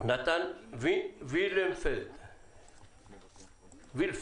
נתן וילפנד בבקשה.